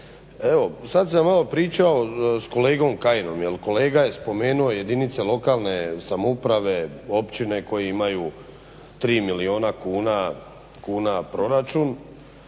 sad sam malo pričao sa kolegom Kajinom, jer kolega je spomenuo jedinice lokalne samouprave, općine koji imaju tri miliona kuna proračun.